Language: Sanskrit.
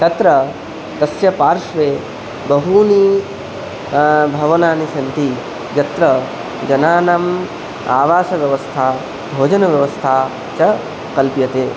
तत्र तस्य पार्श्वे बहूनि भवनानि सन्ति यत्र जनानाम् आवासव्यवस्था भोजनव्यवस्था च कल्प्यते